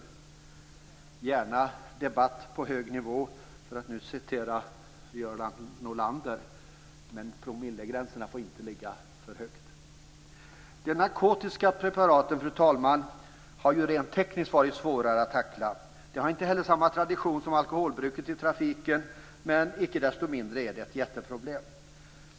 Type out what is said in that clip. Det skall gärna vara en debatt på hög nivå - för att citera Göran Norlander - men promillegränserna får inte ligga för högt. Fru talman! De narkotiska preparaten har rent tekniskt varit svårare att tackla. De har inte heller samma tradition som alkoholbruket i trafiken, men icke desto mindre är de ett jätteproblem.